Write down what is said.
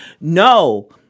no